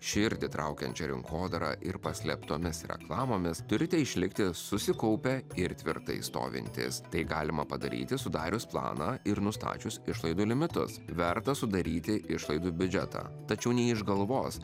širdį traukiančia rinkodara ir paslėptomis reklamomis turite išlikti susikaupę ir tvirtai stovintys tai galima padaryti sudarius planą ir nustačius išlaidų limitus verta sudaryti išlaidų biudžetą tačiau ne iš galvos